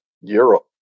Europe